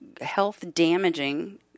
health-damaging